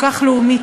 כל כך לאומית,